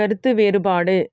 கருத்து வேறுபாடு